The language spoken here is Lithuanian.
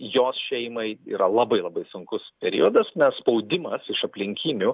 jos šeimai yra labai labai sunkus periodas nes spaudimas iš aplinkinių